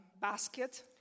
basket